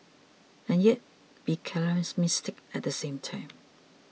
and yet be charismatic at the same time